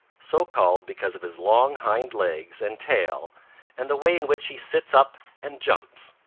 so called because of his long hind legs and tail and the way in which he sits up and jumps.